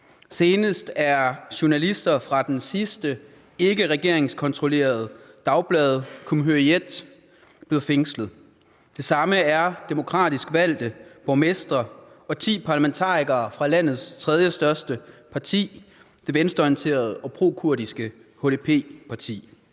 Senest er journalister fra det sidste ikkeregeringskontrollerede dagblad, Cumhuriyet, blevet fængslet. Det samme er demokratisk valgte borgmestre og ti parlamentarikere fra landets tredjestørste parti, det venstreorienterede og prokurdiske parti